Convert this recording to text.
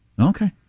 Okay